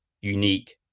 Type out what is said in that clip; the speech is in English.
unique